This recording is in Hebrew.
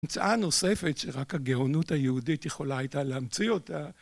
המצאה הנוספת שרק הגאונות היהודית יכולה הייתה להמציא אותה.